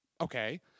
Okay